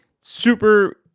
super